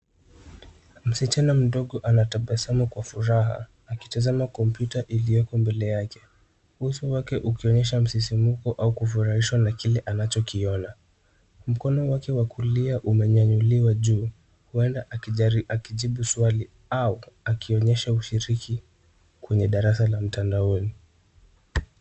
Msichana mdogo anatabasamu kwa furaha akitazama kompyuta iliyoko mbele yake. Uso wake ukionyesha msisimko au kufurahishwa na kile anachokiona. Mkono wake wa kulia umenyanyuliwa juu huenda akijari akijibu swali au akionyesha ushiriki kwenye darasa la mtandaoni.